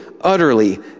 Utterly